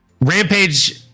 Rampage